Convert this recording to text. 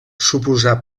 suposar